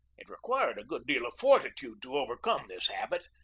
it required a good deal of fortitude to overcome this habit,